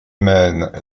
mène